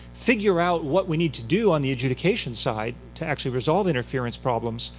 figure out what we need to do on the adjudication side to actually resolve interference problems,